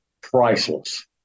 priceless